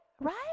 Right